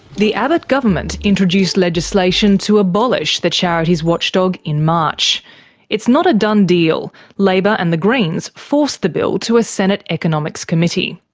the abbott government introduced legislation to abolish the charities watchdog in march it's not a done deal labor and the greens forced the bill to a senate economics committee.